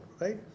right